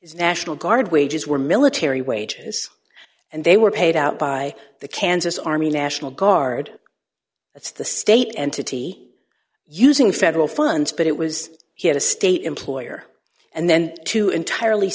national guard wages were military wages and they were paid out by the kansas army national guard that's the state entity using federal funds but it was it a state employer and then two entirely